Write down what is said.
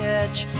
edge